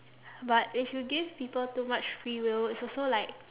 but if you give people too much free will it's also like